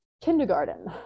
kindergarten